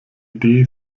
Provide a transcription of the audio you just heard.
idee